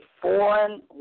foreign